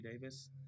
Davis